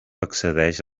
excedeix